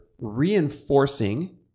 reinforcing